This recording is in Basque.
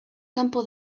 kanpo